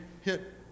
hit